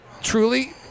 Truly